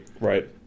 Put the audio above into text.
Right